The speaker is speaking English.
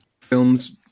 films